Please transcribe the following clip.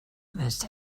must